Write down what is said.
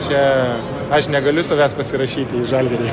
čia aš negaliu savęs pasirašyti į žalgirį